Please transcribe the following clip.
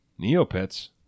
Neopets